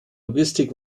logistik